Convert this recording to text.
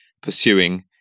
pursuing